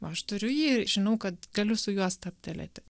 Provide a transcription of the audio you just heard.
aš turiu jį žinau kad galiu su juo stabtelėti